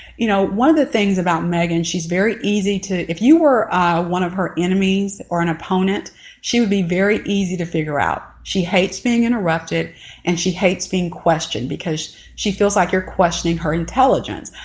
you know, one of the things about megan she's very easy to if you were one of her enemies or an opponent she would be very easy to figure out she hates being interrupted and she hates being questioned because she feels like you're questioning her intelligence.